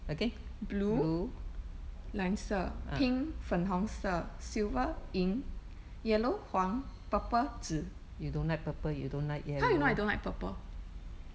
blue 蓝色 pink 粉红色 silver 银 yellow 黄 purple 紫zi how you know I don't like purple